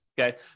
okay